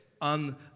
on